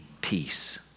peace